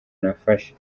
nafashe